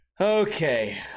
Okay